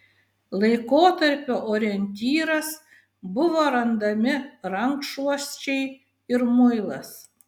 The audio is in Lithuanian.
laikotarpio orientyras buvo randami rankšluosčiai ir muilas